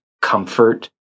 comfort